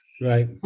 Right